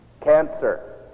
Cancer